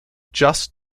just